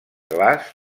glaç